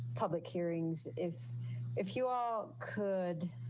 public hearings if if you all could